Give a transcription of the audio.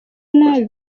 nabi